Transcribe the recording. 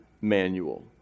manual